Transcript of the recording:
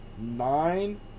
Nine